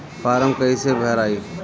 Form कईसे भराई?